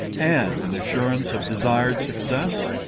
and, in assurance of desir'd success,